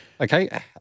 Okay